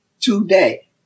today